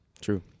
True